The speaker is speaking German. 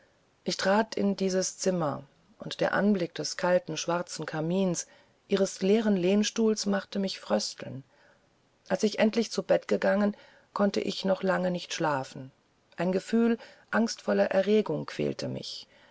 ich trat in dieses zimmer und der anblick des kalten schwarzen kamins ihres leeren lehnstuhls machte mich frösteln als ich endlich zu bett gegangen konnte ich noch lange nicht schlafen ein gefühl angstvoller erregung quälte mich